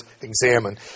examine